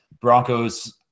Broncos